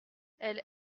elle